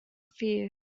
fear